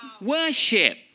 Worship